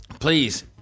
please